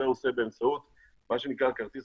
וזה הוא עושה באמצעות מה שנקרא כרטיס